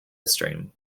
stream